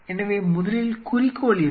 எனவே முதலில் குறிக்கோள் என்ன